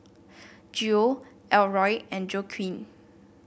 Geo Elroy and Joaquin